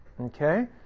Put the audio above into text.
okay